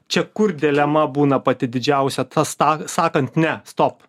čia kur dilema būna pati didžiausia tas tą sakant ne stop